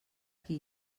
qui